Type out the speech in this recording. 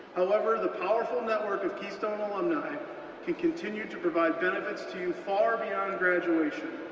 however the powerful network of keystone alumni can continue to provide benefits to you far beyond graduation.